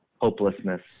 hopelessness